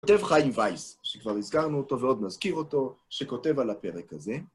כותב חיים וייס, שכבר הזכרנו אותו ועוד נזכיר אותו, שכותב על הפרק הזה.